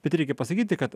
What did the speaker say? bet reikia pasakyti kad